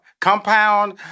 compound